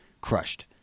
crushed